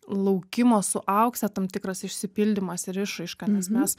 laukimo su aukse tam tikras išsipildymas ir išraiška nes mes